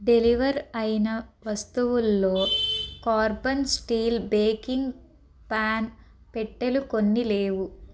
deliver అయిన వస్తువుల్లో carbon steel baking pan పెట్టెలు కొన్ని లేవు